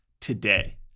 today